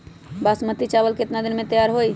बासमती चावल केतना दिन में तयार होई?